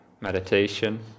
meditation